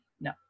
no